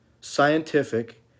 scientific